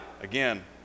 again